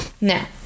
Now